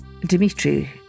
Dimitri